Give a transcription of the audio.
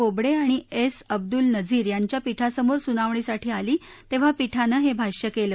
बोबडे आणि एस अब्दुल नझीर यांच्या पीठासमोर सुनावणीसाठी आली तेव्हा पीठानं हे भाष्य केलं